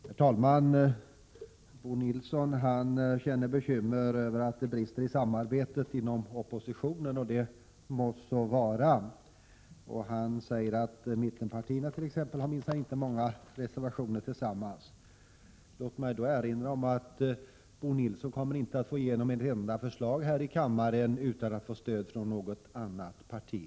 Herr talman! Bo Nilsson känner bekymmer över att det brister i samarbetet inom oppositionen, och det må så vara. Han säger t.ex. att mittenpartierna minsann inte har många reservationer tillsammans. Låt mig då erinra om att Bo Nilsson inte kommer att få igenom ett enda förslag här i kammaren utan att få stöd för det från något annat parti.